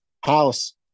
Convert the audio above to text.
House